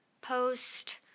post